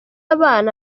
abana